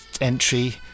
entry